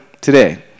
today